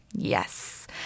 Yes